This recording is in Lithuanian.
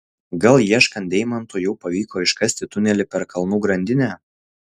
gal ieškant deimantų jau pavyko iškasti tunelį per kalnų grandinę